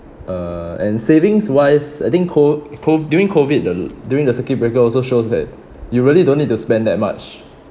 uh and savings wise I think CO~ CO~ during COVID the during the circuit breaker also shows that you really don't need to spend that much